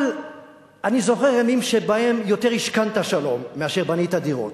אבל אני זוכר ימים שבהם השכנת יותר שלום מאשר בניית דירות.